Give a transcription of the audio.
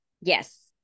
Yes